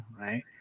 right